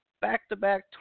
back-to-back